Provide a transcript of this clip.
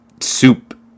soup